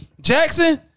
Jackson